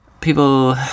people